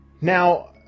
Now